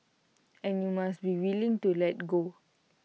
and you must be willing to let go